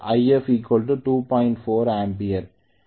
இது 1200 ஆர்பிஎம்மில் ஈபி என்றால் If 2